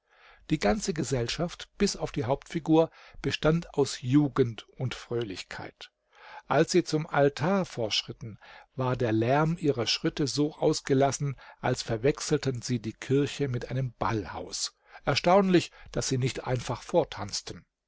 die ganze gesellschaft bis auf die hauptfigur bestand aus jugend und fröhlichkeit als sie zum altar vorschritten war der lärm ihrer schritte so ausgelassen als verwechselten sie die kirche mit einem ballhaus erstaunlich daß sie nicht einfach vortanzten